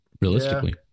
realistically